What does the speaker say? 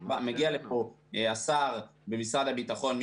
מגיע לפה השר במשרד הביטחון,